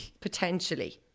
potentially